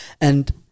And-